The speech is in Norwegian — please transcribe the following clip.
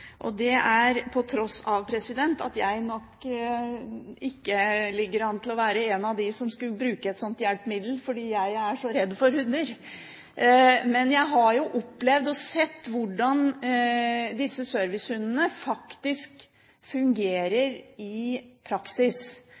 og det på tross av at jeg nok ikke ligger an til å være en av dem som ville bruke et sånt hjelpemiddel, fordi jeg er så redd for hunder. Men jeg har jo opplevd og sett hvordan disse servicehundene faktisk fungerer i praksis.